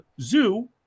zoo